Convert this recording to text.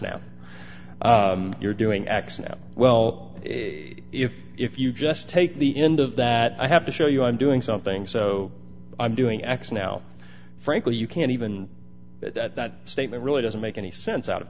now you're doing x now well if if you just take the end of that i have to show you i'm doing something so i'm doing x now frankly you can't even that that statement really doesn't make any sense out of